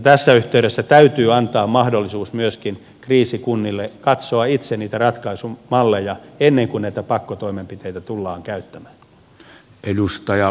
tässä yhteydessä täytyy antaa mahdollisuus myöskin kriisikunnille katsoa itse niitä ratkaisumalleja ennen kuin näitä pakkotoimenpiteitä tullaan käyttämään